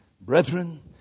Brethren